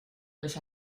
los